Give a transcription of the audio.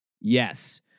Yes